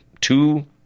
two